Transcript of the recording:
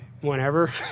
whenever